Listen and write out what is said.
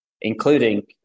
including